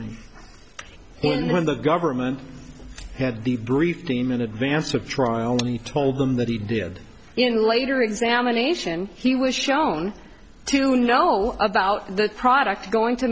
and when the government had the brief team in advance of trial and he told them that he did in later examination he was shown to know about the product going t